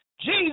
Jesus